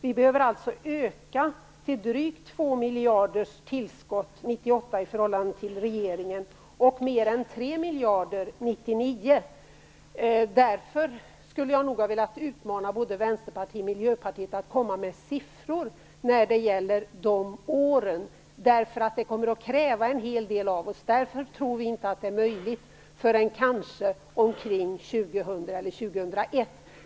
Vi behöver alltså öka till drygt 2 miljarders tillskott 1998 i förhållande till regeringen och mer än 3 miljarder 1999. Därför skulle jag nog ha velat utmana både Vänsterpartiet och Miljöpartiet att komma med siffror när det gäller de åren. Det kommer att kräva en hel del av oss. Därför tror vi inte att det är möjligt förrän kanske omkring år 2000 eller 2001.